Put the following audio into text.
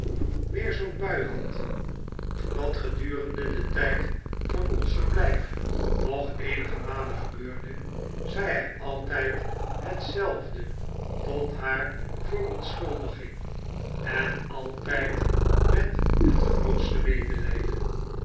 weer zoo'n bui had wat gedurende den tijd van ons verblijf nog eenige malen gebeurde zei hij altijd hetzelfde tot haar verontschuldiging en altijd met het grootste medelijden